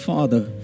Father